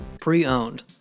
pre-owned